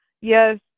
yes